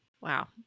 wow